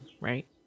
Right